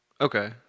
Okay